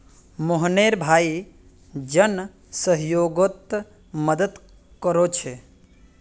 मोहनेर भाई जन सह्योगोत मदद कोरछे